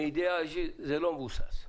מידיעה אישית, זה לא מבוסס.